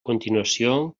continuació